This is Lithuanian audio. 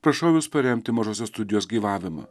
prašau jus paremti mažosios studijos gyvavimą